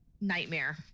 nightmare